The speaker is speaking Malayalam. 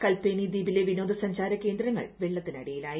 കൽപ്പേനി ദ്വീപിലെ വിന്റ്രോദ്ദസഞ്ചാര കേന്ദ്രങ്ങൾ വെള്ളത്തിനടിയിലായി